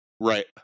Right